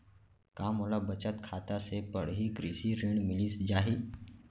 का मोला बचत खाता से पड़ही कृषि ऋण मिलिस जाही?